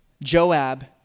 Joab